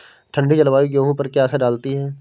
ठंडी जलवायु गेहूँ पर क्या असर डालती है?